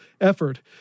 effort